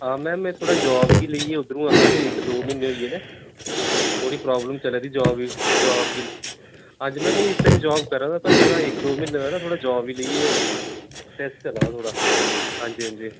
हां मैम में थोह्ड़ा जाब गी लेइयै उद्धरु ऐ हा कोई इक दो म्हीने होई गे न थोह्ड़ी प्रॉब्लम चला दी जॉब गी जाब गी लेइयै हां जी नेईं में इस टाइम जाब करा दा पर थोह्ड़ा इक दो म्हीने दा ना जाब गी लेइयै स्ट्रेस चला दा थोह्ड़ा हां जी हां जी